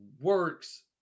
works